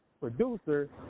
producer